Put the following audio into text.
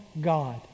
God